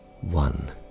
One